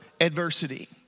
adversity